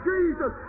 Jesus